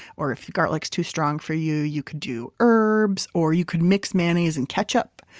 or if the garlic is too strong for you, you could do herbs or you could mix mayonnaise and ketchup,